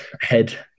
head